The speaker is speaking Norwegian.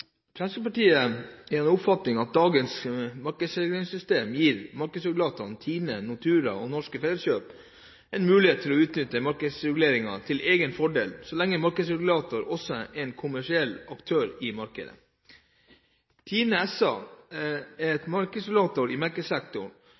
Fremskrittspartiet er av den oppfatning at dagens markedsreguleringssystem gir markedsregulatorene, TINE, Nortura og Norske Felleskjøp, en mulighet til å utnytte markedsreguleringen til egen fordel så lenge markedsregulator også er en kommersiell aktør i markedet. TINE SA er